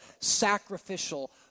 sacrificial